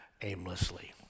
aimlessly